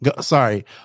Sorry